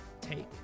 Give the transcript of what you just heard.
take